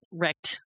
wrecked